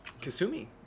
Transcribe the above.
Kasumi